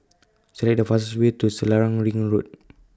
Select The fastest Way to Selarang Ring Road